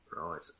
Right